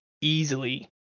easily